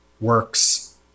works